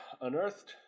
unearthed